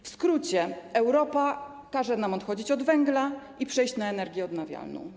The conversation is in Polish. W skrócie: Europa każe nam odchodzić od węgla i przejść na energię odnawialną.